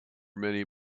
many